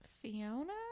Fiona